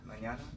Mañana